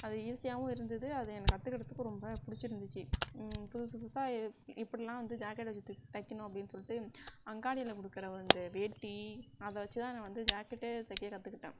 அது ஈஸியாகவும் இருந்துது அது எனக்கு கத்துக்கிறத்துக்கும் ரொம்ப பிடிச்சிருந்துச்சு புதுசு புதுசாக எப்படிலாம் வந்து ஜாக்கெட் சுற்றி தைக்கணும் அப்படினு சொல்லிட்டு அங்காடியில கொடுக்குற இந்த வேட்டி அதை வச்சு தான் நான் வந்து ஜாக்கெட்டே தைக்க கற்றுக்கிட்டேன்